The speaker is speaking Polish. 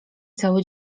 cały